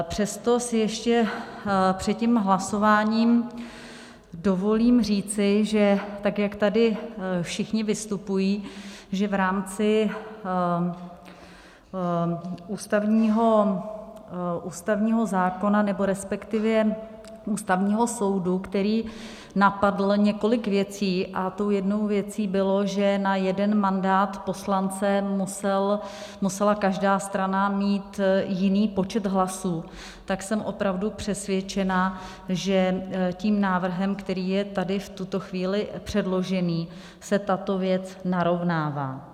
Přesto si ještě před tím hlasováním dovolím říci, že tak jak tady všichni vystupují, že v rámci ústavního zákona, nebo respektive Ústavního soudu, který napadl několik věcí, a tou jednou věcí bylo, že na jeden mandát poslance musela každá strana mít jiný počet hlasů, tak jsem opravdu přesvědčena, že tím návrhem, který je tady v tuto chvíli předložený, se tato věc narovnává.